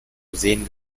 museen